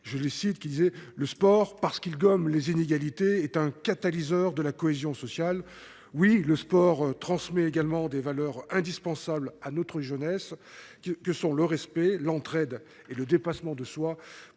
l’inclusion. « Le sport, parce qu’il gomme les inégalités, est un catalyseur de la cohésion sociale »,